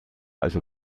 also